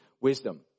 wisdom